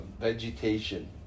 vegetation